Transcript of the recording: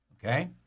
Okay